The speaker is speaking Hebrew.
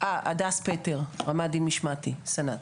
הדס פטר, רמ"ד דין משמעתי, סנ"צ.